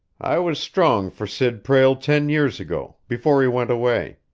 i was strong for sid prale ten years ago, before he went away.